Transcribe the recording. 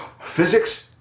physics